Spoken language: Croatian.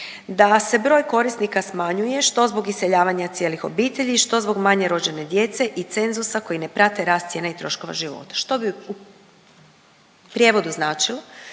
da se broj korisnika smanjuje, što zbog iseljavanja cijelih obitelji, što zbog manje rođene djece i cenzusa koji ne prate rast cijena i troškova života, što bi u prijevodu značilo